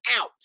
out